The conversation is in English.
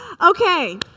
Okay